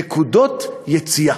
נקודות יציאה.